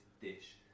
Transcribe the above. dish